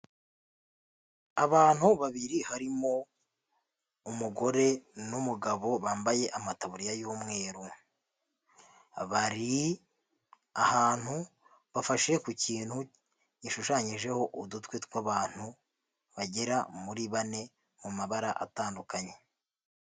Abantu babiri harimo umugore n'umugabo bambaye amataburiya y'umweru, bari ahantu bafashe ku kintu gishushanyijeho udutwe tw'abantu bagera muri bane, mu mabara atandukanye.